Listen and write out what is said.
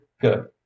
good